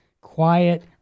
quiet